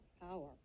power